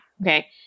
Okay